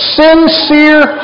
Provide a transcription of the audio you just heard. sincere